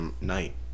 night